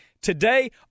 Today